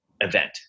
event